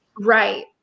right